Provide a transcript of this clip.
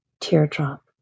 teardrop